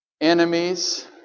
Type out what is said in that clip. enemies